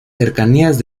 cercanías